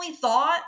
thought